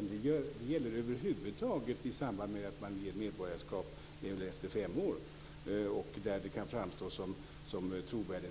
Det gäller över huvud taget i samband med att man ger medborgarskap, även efter fem år och där dokument kan framstå som trovärdiga,